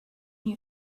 you